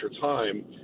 time